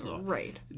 Right